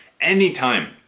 Anytime